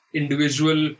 individual